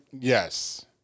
yes